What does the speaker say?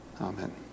Amen